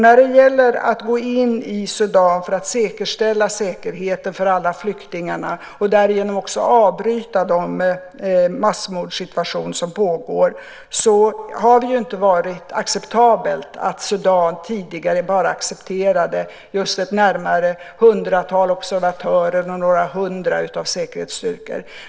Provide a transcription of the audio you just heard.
När det gäller att gå in i Sudan för att säkerställa säkerheten för alla flyktingarna och därigenom också avbryta de massmordssituationer som pågår har det inte varit acceptabelt att Sudan tidigare bara accepterade närmare ett hundratal observatörer och några hundra säkerhetsstyrkor.